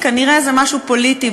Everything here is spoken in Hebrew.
כנראה זה משהו פוליטי,